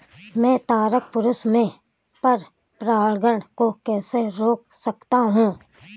मैं तारक पुष्प में पर परागण को कैसे रोक सकता हूँ?